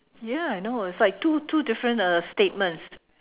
ya I know it's like two two different uh statements